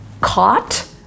Caught